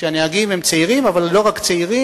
כשהנהגים הם צעירים אבל לא רק צעירים,